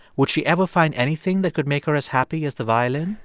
would she ever find anything that could make her as happy as the violin?